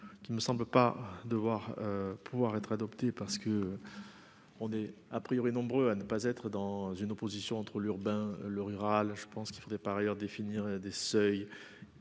qui ne semble pas devoir pouvoir être adopté parce que on est a priori nombreux à ne pas être dans une opposition entre l'urbain et le rural, je pense qu'il faudrait par ailleurs définir des seuils,